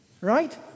right